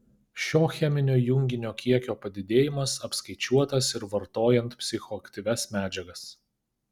šio cheminio junginio kiekio padidėjimas apskaičiuotas ir vartojant psichoaktyvias medžiagas